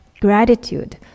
gratitude